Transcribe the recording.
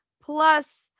plus